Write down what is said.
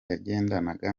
yagendanaga